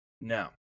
No